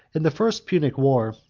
in the first punic war,